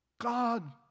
God